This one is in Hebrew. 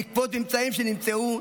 בעקבות ממצאים שנמצאו,